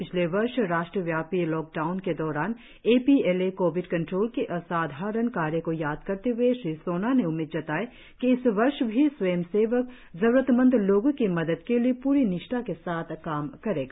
पिछले वर्ष राष्ट्रव्यापी लॉकडाउन के दौरान A P L A covid control के असाधारण कार्य को याद करते हए श्री सोना ने उम्मीद जताई कि इस वर्ष भी स्वयं सेवक जरुरत मंद लोगो की मदद के लिए प्री निष्ठा के साथ काम करेगा